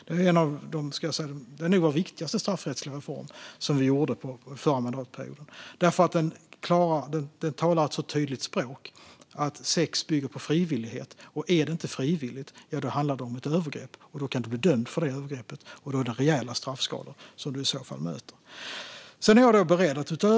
Den är nog vår viktigaste straffrättsliga reform som vi gjorde under förra mandatperioden därför att den talar ett tydligt språk om att sex bygger på frivillighet. Är det inte frivilligt handlar det om ett övergrepp som du kan bli dömd för, och då är det rejäla straffskalor som du i så fall möter.